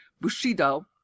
Bushido